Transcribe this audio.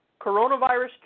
coronavirus